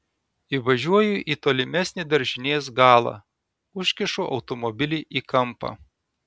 įvažiuoju į tolimesnį daržinės galą užkišu automobilį į kampą